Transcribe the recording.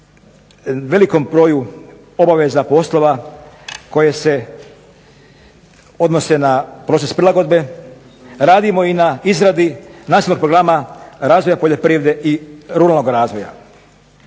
velikom broju obaveza, poslova koje se odnose na proces prilagodbe. Radimo i na izradi Nacionalnog programa razvoja poljoprivrede i ruralnog razvoja.